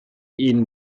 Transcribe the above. ihn